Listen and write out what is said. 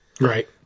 Right